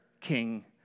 king